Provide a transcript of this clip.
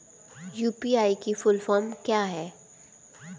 UPI की full form क्या है?